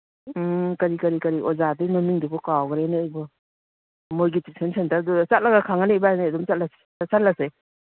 ꯎꯝ ꯀꯔꯤ ꯀꯔꯤ ꯀꯔꯤ ꯑꯣꯖꯥꯗꯨꯏ ꯃꯃꯤꯡꯗꯨꯕꯨ ꯀꯥꯎꯈꯔꯦꯅꯦ ꯑꯩꯕꯣ ꯃꯣꯏꯒꯤ ꯇꯨꯏꯁꯟ ꯁꯦꯟꯇꯔꯗꯨꯗ ꯆꯠꯂꯒ ꯈꯪꯉꯅꯤ ꯏꯕꯥꯅꯤ ꯑꯗꯨꯝ ꯆꯠꯂꯁꯤ ꯆꯠꯁꯜꯂꯁꯤ